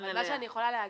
מה שאני יכולה להגיד,